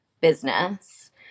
business